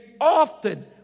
often